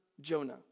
Jonah